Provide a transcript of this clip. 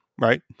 right